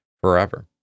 forever